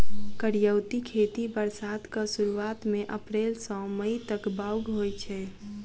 करियौती खेती बरसातक सुरुआत मे अप्रैल सँ मई तक बाउग होइ छै